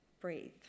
breathe